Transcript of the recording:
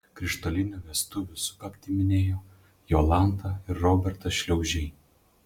krištolinių vestuvių sukaktį minėjo jolanta ir robertas šliaužiai